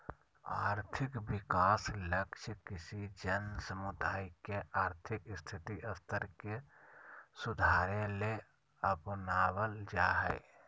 और्थिक विकास लक्ष्य किसी जन समुदाय के और्थिक स्थिति स्तर के सुधारेले अपनाब्ल जा हइ